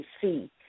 see